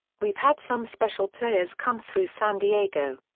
we've had some special players come through san diego.